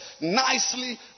nicely